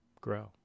grow